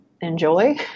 enjoy